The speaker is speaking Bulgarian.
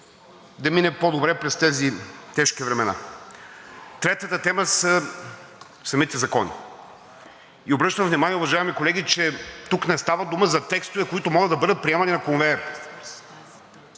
да мине по-добре през тези тежки времена. Третата тема са самите закони. И обръщам внимание, уважаеми колеги, че тук не става дума за текстове, които могат да бъдат приемани на конвейер.